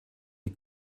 die